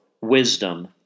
wisdom